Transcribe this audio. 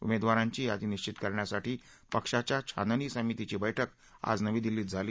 उमेदवारांची यादी निश्वित करण्यासाठी पक्षाच्या छाननी समितीची बैठक आज नवी दिल्लीत झाली